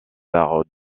arts